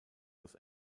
los